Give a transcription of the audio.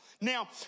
Now